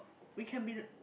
we can be